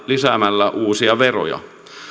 lisäämällä uusia veroja